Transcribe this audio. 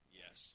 yes